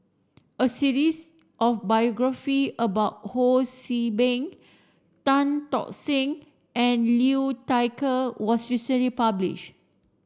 a series of biography about Ho See Beng Tan Tock Seng and Liu Thai Ker was recently publish